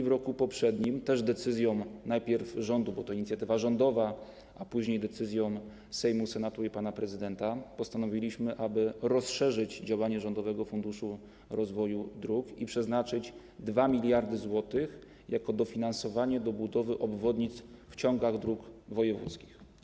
W roku poprzednim, też decyzją, najpierw rządu, bo to inicjatywa rządowa, a później Sejmu, Senatu i pana prezydenta, postanowiliśmy, aby rozszerzyć działanie Rządowego Funduszu Rozwoju Dróg i przeznaczyć 2 mld zł na dofinansowanie budowy obwodnic w ciągach dróg wojewódzkich.